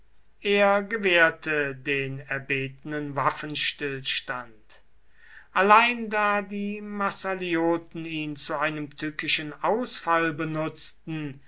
er gewährte den erbetenen waffenstillstand allein da die massalioten ihn zu einem tückischen ausfall benutzten